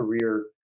career